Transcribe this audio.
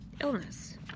illness